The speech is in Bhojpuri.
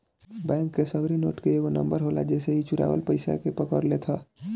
बैंक के सगरी नोट के एगो नंबर होला जेसे इ चुरावल पईसा के पकड़ लेत हअ